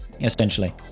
Essentially